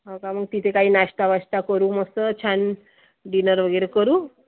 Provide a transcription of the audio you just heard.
हो का मग तिथे काही नाश्ता वाश्टा करू मस्त छान डिनर वगैरे करू